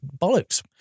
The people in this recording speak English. bollocks